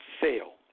fail